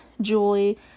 Julie